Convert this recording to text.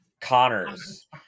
connor's